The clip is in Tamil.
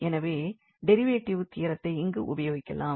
எனவே டெரிவேட்டிவ் தியரத்தை இங்கு உபயோகிக்கலாம்